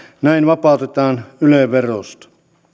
näin vapautetaan yle verosta